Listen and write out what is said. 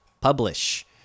Publish